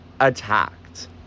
attacked